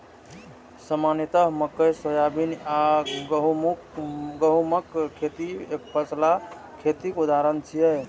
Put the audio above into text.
सामान्यतः मकइ, सोयाबीन आ गहूमक खेती एकफसला खेतीक उदाहरण छियै